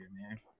man